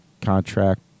contract